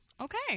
Okay